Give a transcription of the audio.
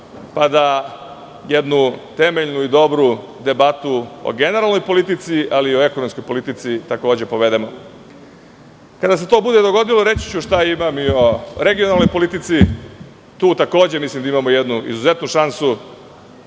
pa da jednu temeljnu i dobru debatu o generalnoj politici, ali i ekonomskoj politici takođe povedemo. Kada se to bude dogodilo, reći ću šta imam i o regionalnoj politici. Tu takođe mislim da imamo jednu izuzetnu šansu,